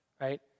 Right